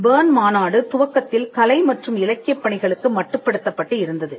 Berne மாநாடு துவக்கத்தில் கலை மற்றும் இலக்கிய பணிகளுக்கு மட்டுப்படுத்தப்பட்டு இருந்தது